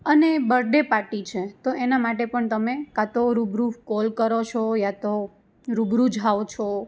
અને birthday party છે તો એના માટે પણ તમે ક્યાં તો રૂબરૂ કોલ કરો છો યાતો રૂબરૂ જાઓ છો